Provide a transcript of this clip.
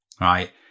right